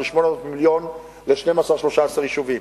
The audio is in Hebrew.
של 800 מיליון ל-12 13 יישובים,